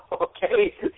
Okay